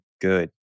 good